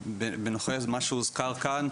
מה שהוזכר כאן,